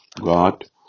God